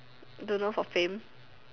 don't know for fame